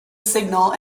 signal